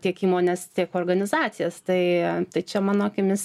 tiek įmones tiek organizacijas tai tai čia mano akimis